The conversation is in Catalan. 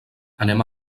anem